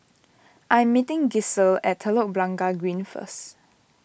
I am meeting Giselle at Telok Blangah Green first